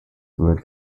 were